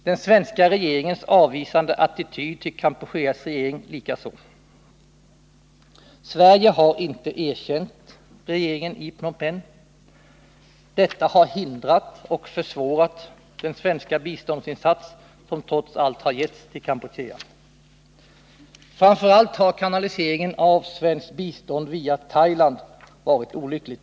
Den svenska regeringens avvisande attityd till Kampucheas regering likaså. Sverige har inte erkänt regeringen i Phnom Penh. Detta har hindrat och försvårat den svenska biståndsinsats som trots allt har gjorts för Kampuchea. Framför allt har kanaliseringen av svenskt bistånd via Thailand varit olycklig.